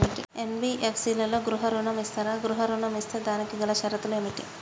NBFC లలో గృహ ఋణం ఇస్తరా? గృహ ఋణం ఇస్తే దానికి గల షరతులు ఏమిటి?